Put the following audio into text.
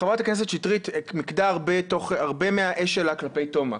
חברת הכנסת שטרית מיקדה הרבה מהאש שלה כלפי תומקס.